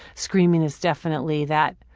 screaming is definitely that.